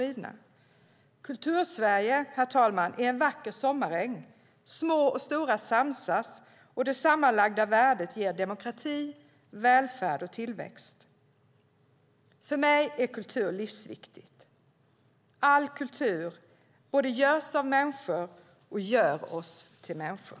Kultursverige är, herr talman, en vacker sommaräng där små och stora samsas och där det sammanlagda värdet ger demokrati, välfärd och tillväxt. För mig är kultur livsviktigt, och all kultur både görs av människor och gör oss till människor.